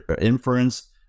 inference